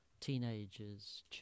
teenagers